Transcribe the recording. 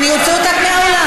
אולי פעם תביני אם תשמעי.